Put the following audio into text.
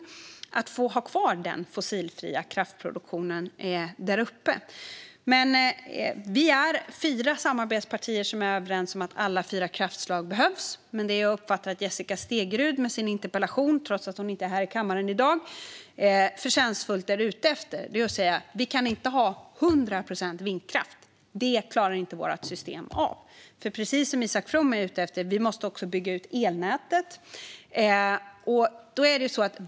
Det är viktigt att få ha kvar den fossilfria kraftproduktionen däruppe. Vi är fyra samarbetspartier som är överens om att alla fyra kraftslag behövs. Det jag uppfattar att Jessica Stegrud med sin interpellation förtjänstfullt är ute efter, trots att hon inte är här i kammaren i dag, är att säga att vi inte kan ha 100 procent vindkraft. Det klarar inte våra system av. Precis som Isak From är ute efter måste vi också bygga ut elnätet.